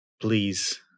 please